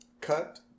cut